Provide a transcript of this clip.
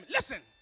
Listen